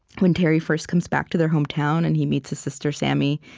when terry first comes back to their hometown, and he meets his sister, sammy,